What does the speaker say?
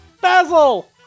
Basil